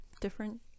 Different